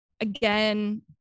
again